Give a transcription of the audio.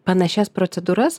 panašias procedūras